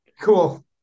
cool